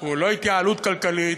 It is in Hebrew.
הוא לא התייעלות כלכלית,